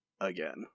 again